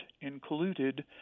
included